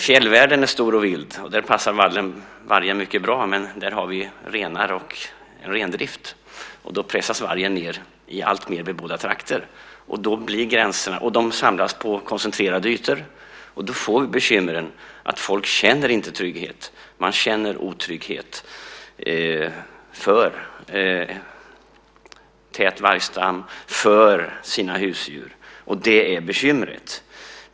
Fjällvärlden är stor och vild, och där passar vargen mycket bra. Men där har vi renar, en rendrift. Då pressas vargen ned i alltmer bebodda trakter. De samlas på koncentrerade ytor. Då får vi bekymret att folk inte känner trygghet. Man känner otrygghet för en tät vargstam, för sina husdjur. Det är bekymret.